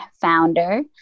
founder